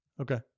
Okay